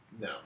No